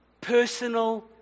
personal